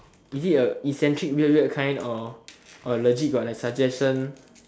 is it a eccentric weird weird kind or or legit got like suggestion